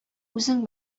үзең